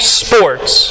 sports